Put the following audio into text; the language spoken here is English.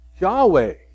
Yahweh